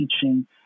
teaching